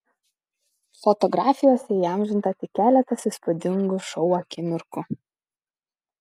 fotografijose įamžinta tik keletas įspūdingo šou akimirkų